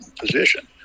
position